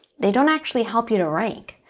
they don't actually help you to rank.